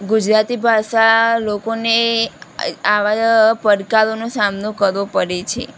ગુજરાતી ભાષા લોકોને આવા પડકારોનો સામનો કરવો પડે છે